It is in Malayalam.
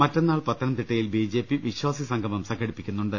മറ്റന്നാൾ പത്തനംതിട്ടയിൽ ബി ജെ പി വിശ്വാസി സംഗമം സംഘടിപ്പിക്കുന്നുണ്ട്